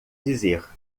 dizer